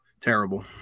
Terrible